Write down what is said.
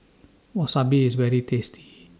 Wasabi IS very tasty